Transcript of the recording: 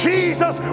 Jesus